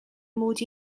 mod